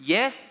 Yes